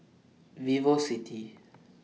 Vivocity